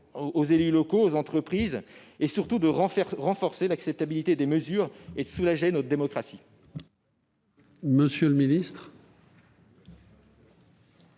aux élus locaux et aux entreprises et, surtout, de renforcer l'acceptabilité des mesures et de soulager notre démocratie.